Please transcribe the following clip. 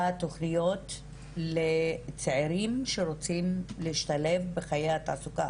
תוכניות לצעירים שרוצים להשתלב בחיי התעסוקה.